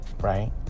Right